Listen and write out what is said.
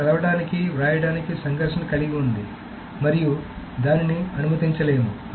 ఇది చదవడానికి వ్రాయడానికి సంఘర్షణను కలిగి ఉంది మరియు దానిని అనుమతించలేము